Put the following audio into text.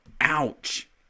Ouch